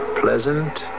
pleasant